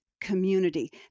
community